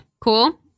Cool